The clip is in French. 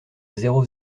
zéro